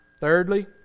Thirdly